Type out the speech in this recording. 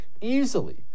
easily